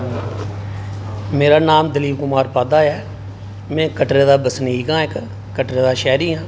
मेर नांऽ ऐ दिलीप कुमार पाधा ऐ में कटरे दा बसनीक आं इक कटरे दा शैह्री आं